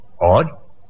Odd